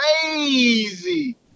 crazy